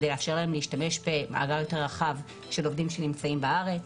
כדי לאפשר להם להשתמש במעגל יותר רחב של עובדים שנמצאים בארץ.